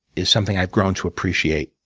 is something i've grown to appreciate.